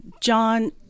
John